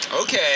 Okay